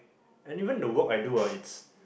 and even the work I do ah it's